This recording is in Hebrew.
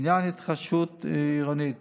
בעניין התחדשות עירונית